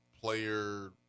player